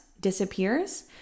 disappears